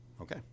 Okay